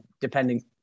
depending